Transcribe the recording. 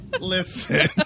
listen